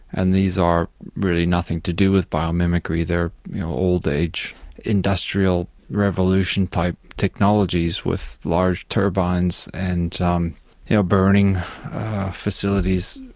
and these are really nothing to do with biomimicry, they're old-age industrial revolution type technologies with large turbines and um you know burning facilities.